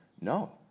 No